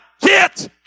get